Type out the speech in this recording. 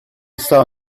saw